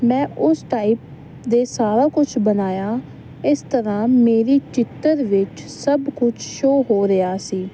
ਮੈਂ ਉਸ ਟਾਈਪ ਦਾ ਸਾਰਾ ਕੁਝ ਬਣਾਇਆ ਇਸ ਤਰ੍ਹਾਂ ਮੇਰੀ ਚਿੱਤਰ ਵਿੱਚ ਸਭ ਕੁਝ ਸ਼ੋਅ ਹੋ ਰਿਹਾ ਸੀ